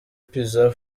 pizza